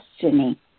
Destiny